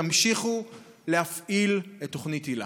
תמשיכו להפעיל את תוכנית היל"ה.